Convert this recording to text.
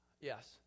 Yes